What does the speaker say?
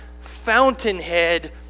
fountainhead